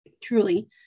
Truly